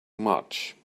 much